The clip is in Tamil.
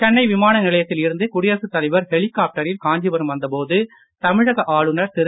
சென்னை விமான நிலையத்தில் இருந்து குடியரசுத் தலைவர் ஹெலிகாப்டரில் காஞ்சிபுரம் வந்தபோது தமிழக ஆளுநர் திரு